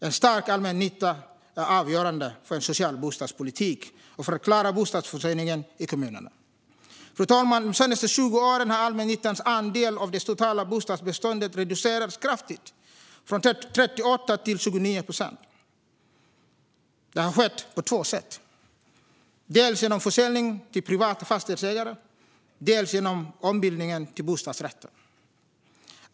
En stark allmännytta är avgörande för en social bostadspolitik och för att klara bostadsförsörjningen i kommunerna. Fru talman! De senaste 20 åren har allmännyttans andel av det totala bostadsbeståndet reducerats kraftigt, från 38 till 29 procent. Det har skett på två sätt: dels genom försäljning till privata fastighetsägare och dels genom ombildning till bostadsrätt.